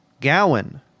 Gowan